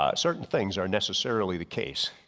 ah certain things aren't necessarily the case.